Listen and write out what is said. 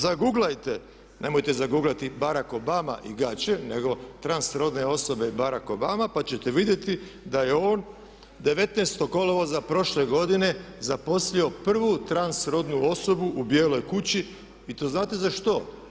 Zaguglajte, nemojte zaguglati Barak Obama i gaće nego trans rodne osobe i Barak Obama pa ćete vidjeti da je on 19. kolovoza prošle godine zaposlio prvu trans rodnu osobu u bijeloj kući i to znate za što?